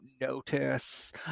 notice